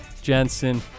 Jensen